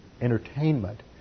Entertainment